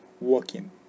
Working